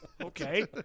Okay